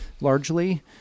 largely